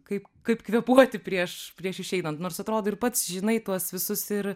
kaip kaip kvėpuoti prieš prieš išeinant nors atrodo ir pats žinai tuos visus ir